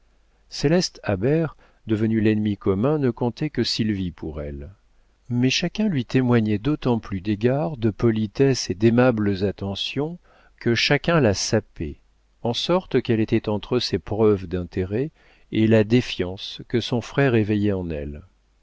céleste habert devenue l'ennemi commun ne comptait que sylvie pour elle mais chacun lui témoignait d'autant plus d'égards de politesses et d'aimables attentions que chacun la sapait en sorte qu'elle était entre ces preuves d'intérêt et la défiance que son frère éveillait en elle